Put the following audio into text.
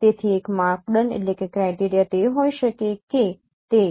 તેથી એક માપદંડ તે હોઈ શકે છે કે તે